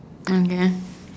okay